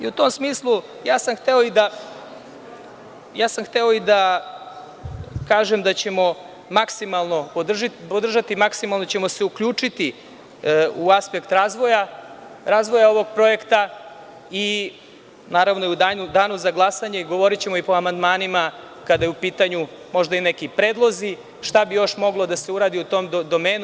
U tom smislu ja sam hteo i da kažem da ćemo maksimalno podržati, maksimalno ćemo se uključiti u aspekt razvoja ovog projekta i, naravno, u danu za glasanje, a govorićemo i po amandmanima kada su u pitanju možda i neki predlozi šta bi još moglo da se uradi u tom domenu.